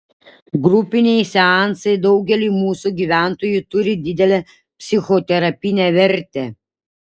grupiniai seansai daugeliui mūsų gyventojų turi didelę psichoterapinę vertę